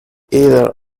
either